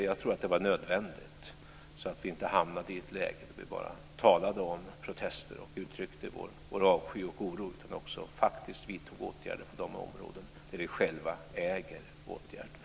Jag tror att det var nödvändigt så att vi inte hamnade i ett läge där vi bara talade om protester och uttryckte vår avsky och oro utan faktiskt också vidtog åtgärder på de områden där vi själva äger åtgärderna.